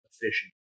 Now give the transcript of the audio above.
efficient